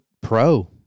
pro